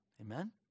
Amen